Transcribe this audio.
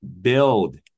Build